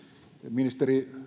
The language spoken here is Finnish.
ministeri